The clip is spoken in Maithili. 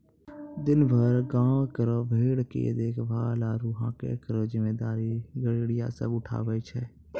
दिनभर गांवों केरो भेड़ के देखभाल आरु हांके केरो जिम्मेदारी गड़ेरिया सब उठावै छै